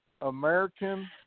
American